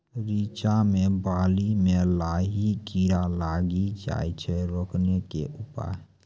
रिचा मे बाली मैं लाही कीड़ा लागी जाए छै रोकने के उपाय?